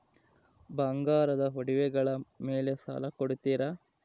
ಬಂಗಾರದ ಒಡವೆಗಳ ಮೇಲೆ ಸಾಲ ಕೊಡುತ್ತೇರಾ?